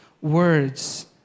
words